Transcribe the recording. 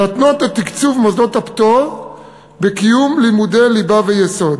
להתנות את תקצוב מוסדות הפטור בקיום לימודי ליבה ויסוד.